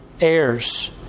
heirs